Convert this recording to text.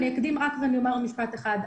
אבל לפני זה אני אקדים ואומר משפט אחד.